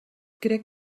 crec